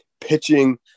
pitching